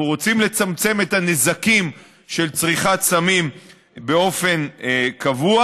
אנחנו רוצים לצמצם את הנזקים של צריכת סמים באופן קבוע,